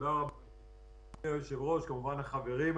תודה יושב-ראש הוועדה.